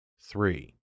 Three